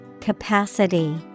Capacity